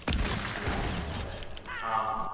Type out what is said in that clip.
and you can see i can set it to the top,